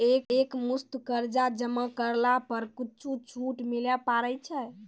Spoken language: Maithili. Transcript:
एक मुस्त कर्जा जमा करला पर कुछ छुट मिले पारे छै?